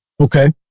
Okay